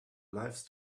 lifes